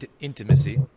intimacy